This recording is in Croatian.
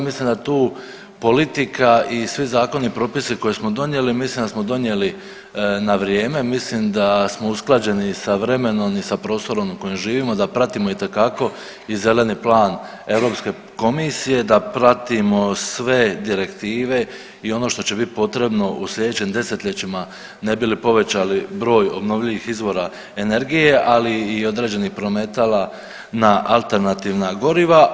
Mislim da je tu politika i svi zakoni, propisi koje smo donijeli, mislim da smo donijeli na vrijeme, mislim da smo usklađeni sa vremenom i sa prostorom u kojem živimo, da pratimo itekako i zeleni plan Europske komisije, da pratimo sve direktive i ono što će biti potrebno u sljedećim desetljećima ne bi li povećali broj obnovljivih izvora energije, ali i određenih prometala na alternativna goriva.